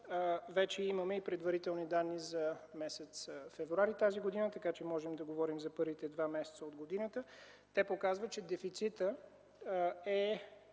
вече имаме и предварителни данни за м. февруари т.г., така че вече можем да говорим за първите 2 месеца от годината. Те показват, че дефицитът е